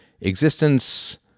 existence